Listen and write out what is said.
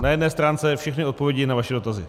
Na jedné stránce všechny odpovědi na vaše dotazy.